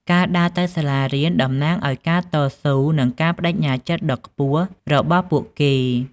ការដើរទៅសាលារៀនតំណាងឱ្យការតស៊ូនិងការប្តេជ្ញាចិត្តដ៏ខ្ពស់របស់ពួកគេ។